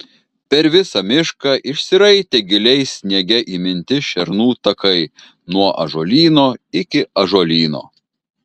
per visą mišką išsiraitė giliai sniege įminti šernų takai nuo ąžuolyno iki ąžuolyno